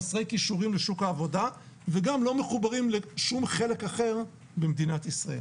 חסרי כישורים לשוק העבודה וגם לא מחוברים לשום חלק אחר במדינת ישראל,